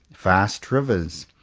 vast rivers,